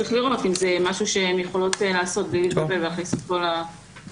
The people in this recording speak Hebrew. צריך לראות אם זה משהו שהן יכולות לעשות בלי להכניס את כל בעלי